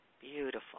Beautiful